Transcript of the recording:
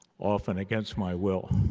often against my will.